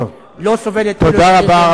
תודה רבה.